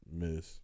miss